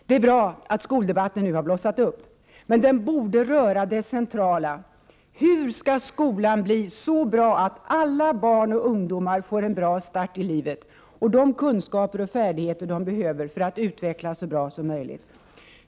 Det är bra att skoldebatten nu har blossat upp, men den borde röra det centrala: Hur skall skolan bli så bra att alla barn och ungdomar får en bra start i livet och de kunskaper och färdigheter som de behöver för att utvecklas så bra som möjligt?